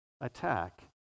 attack